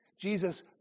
Jesus